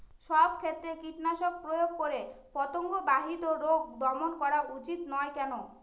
সব ক্ষেত্রে কীটনাশক প্রয়োগ করে পতঙ্গ বাহিত রোগ দমন করা উচিৎ নয় কেন?